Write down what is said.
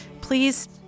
please